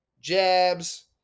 jabs